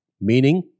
meaning